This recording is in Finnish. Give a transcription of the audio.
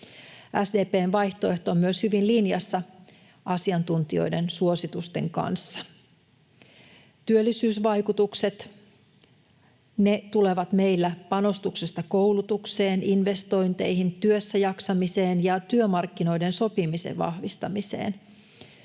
SDP:n vaihtoehto on myös hyvin linjassa asiantuntijoiden suositusten kanssa. Työllisyysvaikutukset tulevat meillä panostuksista koulutukseen, investointeihin, työssäjaksamiseen ja työmarkkinoiden sopimisen vahvistamiseen.